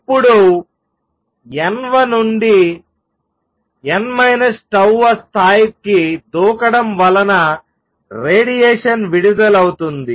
ఇప్పుడు n వ నుండి n 𝜏 వ స్థాయికి దూకడం వలన రేడియేషన్ విడుదలవుతుంది